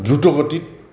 দ্ৰুতগতিত